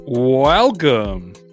Welcome